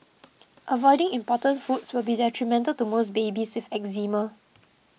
avoiding important foods will be detrimental to most babies with Eczema